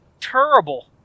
terrible